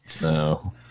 No